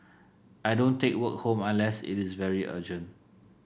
I don't take work home unless it is very urgent